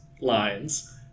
lines